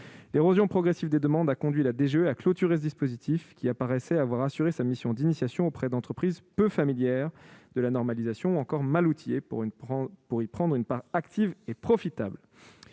L'érosion progressive des demandes a conduit la direction générale des entreprises à clôturer ce dispositif, qui semblait avoir assuré sa mission d'initiation auprès d'entreprises peu familières de la normalisation et encore mal outillées pour y prendre une part active et profitable.